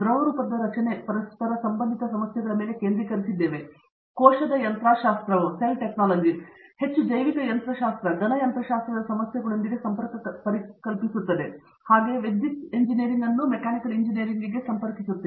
ದ್ರವರೂಪದ ರಚನೆ ಪರಸ್ಪರ ಸಂಬಂಧಿತ ಸಮಸ್ಯೆಗಳ ಮೇಲೆ ಕೇಂದ್ರೀಕರಿಸಿದ್ದೇವೆ ಕೋಶದ ಯಂತ್ರಶಾಸ್ತ್ರವು ಹೆಚ್ಚು ಜೈವಿಕ ಯಂತ್ರಶಾಸ್ತ್ರ ಘನ ಯಂತ್ರಶಾಸ್ತ್ರದ ಸಮಸ್ಯೆಗಳೊಂದಿಗೆ ಸಂಪರ್ಕ ಕಲ್ಪಿಸುತ್ತದೆ ಹಾಗೆಯೇ ವಿದ್ಯುತ್ ಎಂಜಿನಿಯರಿಂಗ್ ಅನ್ನು ಮೆಕ್ಯಾನಿಕಲ್ ಇಂಜಿನಿಯರಿಂಗ್ಗೆ ಸಂಪರ್ಕಿಸುತ್ತದೆ